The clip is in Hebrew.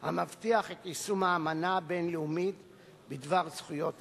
המבטיח את יישום האמנה הבין-לאומית בדבר זכויות הילד.